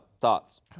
thoughts